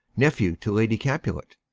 nephew to lady capulet.